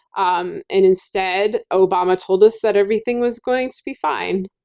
um and instead, obama told us that everything was going to be fine.